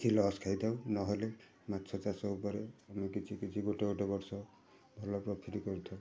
କିଛି ଲସ୍ ଖାଇଥାଉ ନହେଲେ ମାଛ ଚାଷ ଉପରେ ଆମେ କିଛି କିଛି ଗୋଟେ ଗୋଟେ ବର୍ଷ ଭଲ ପ୍ରଫିଟ୍ କରିଥାଉ